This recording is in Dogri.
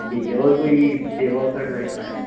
ठीक ऐ होर कोई सेवा होग साढ़े लायक सनाएओ